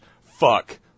fuck